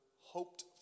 hoped